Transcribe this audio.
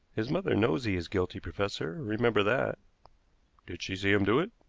his mother knows he is guilty, professor remember that. did she see him do it?